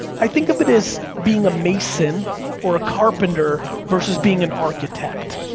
i think of it as being a mason or a carpenter versus being an architect.